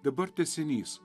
dabar tęsinys